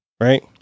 Right